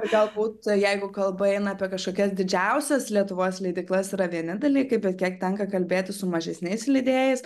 galbūt jeigu kalba eina apie kažkokias didžiausias lietuvos leidyklas yra vieni dalykai bet kiek tenka kalbėti su mažesniais leidėjais